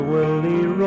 Willie